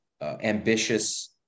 ambitious